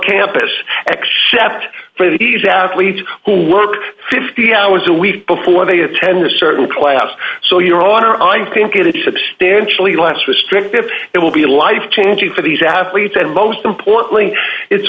campus x shaft for these athletes who work fifty hours a week before they attend a certain class so your honor i think it is substantially less restrictive it will be life changing for these athletes and most importantly it's